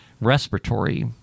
respiratory